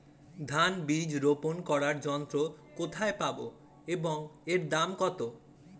ধান বীজ রোপন করার যন্ত্র কোথায় পাব এবং এর দাম কত?